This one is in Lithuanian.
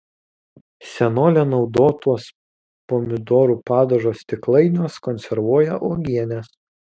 senolė naudotuos pomidorų padažo stiklainiuos konservuoja uogienes